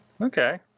Okay